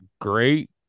great